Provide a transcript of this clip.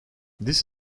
this